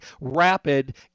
rapid